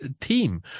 team